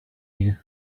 you